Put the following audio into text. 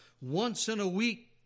once-in-a-week